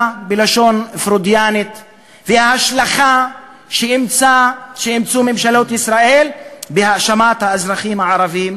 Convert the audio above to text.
בלשון פרוידיאנית וההשלכה שאימצו ממשלות ישראל בהאשמת האזרחים הערבים